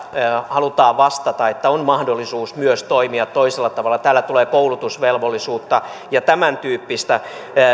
halutaan vastata että on mahdollisuus toimia myös toisella tavalla täällä tulee koulutusvelvollisuutta ja tämäntyyppistä